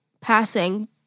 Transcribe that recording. passing